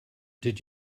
did